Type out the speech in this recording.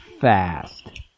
fast